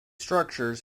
structures